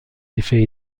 effet